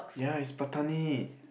yeah it's Patani